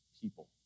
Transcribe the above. people